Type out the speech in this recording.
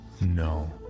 No